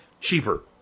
cheaper